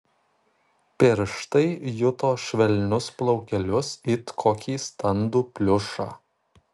pirštai juto švelnius plaukelius it kokį standų pliušą